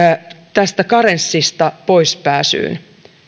tästä karenssista poispääsyyn